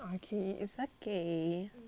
okay it's okay